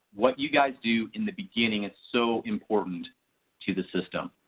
what you guys do in the beginning is so important to the system.